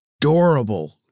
adorable